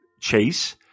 Chase